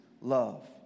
love